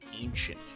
ancient